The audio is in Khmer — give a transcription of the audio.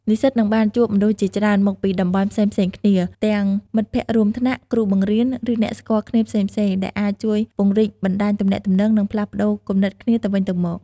និស្សិតនឹងបានជួបមនុស្សជាច្រើនមកពីតំបន់ផ្សេងៗគ្នា ទាំងមិត្តភ័ក្តិរួមថ្នាក់ គ្រូបង្រៀន ឬអ្នកស្គាល់គ្នាផ្សេងៗ ដែលអាចជួយពង្រីកបណ្ដាញទំនាក់ទំនង និងផ្លាស់ប្ដូរគំនិតគ្នាទៅវិញទៅមក។